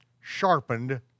sharpened